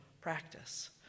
practice